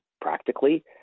practically